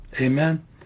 Amen